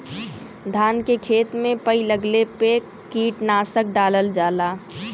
धान के खेत में पई लगले पे कीटनाशक डालल जाला